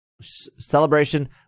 Celebration